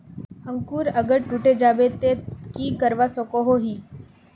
अंकूर अगर टूटे जाबे ते की करवा सकोहो ही?